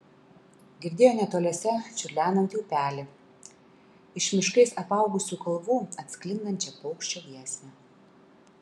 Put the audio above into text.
girdėjo netoliese čiurlenantį upelį iš miškais apaugusių kalvų atsklindančią paukščio giesmę